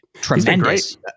tremendous